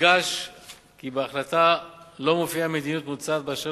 יודגש כי בהחלטה לא מופיעה מדיניות מוצעת אשר